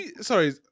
sorry